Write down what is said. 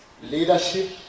Leadership